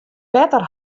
wetter